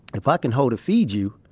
if i can ho to feed you,